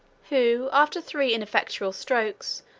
who, after three ineffectual strokes,